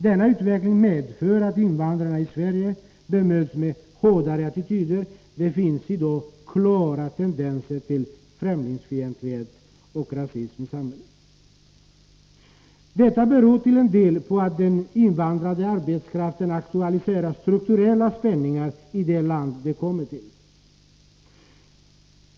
Denna utveckling medför att invandrarna i Sverige bemöts med hårdnande attityder; det finns i dag klara tendenser till främlingsfientlighet och rasism i samhället. Detta beror till en del på att den invandrade arbetskraften aktualiserar strukturella spänningar i det land den kommer till.